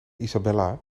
isabella